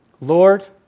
Lord